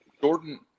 Jordan